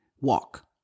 walk